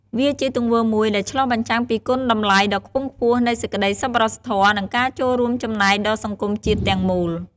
វាជាទង្វើមួយដែលឆ្លុះបញ្ចាំងពីគុណតម្លៃដ៏ខ្ពង់ខ្ពស់នៃសេចក្តីសប្បុរសធម៌ និងការរួមចំណែកដល់សង្គមជាតិទាំងមូល។